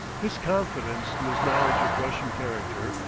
his confidence in his knowledge of russian character,